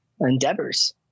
endeavors